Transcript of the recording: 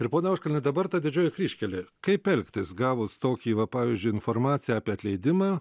ir pone auškalni dabar ta didžioji kryžkelė kaip elgtis gavus tokį va pavyzdžiui informaciją apie atleidimą